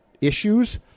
issues